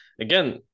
again